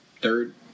third